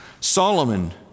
Solomon